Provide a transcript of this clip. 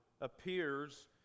appears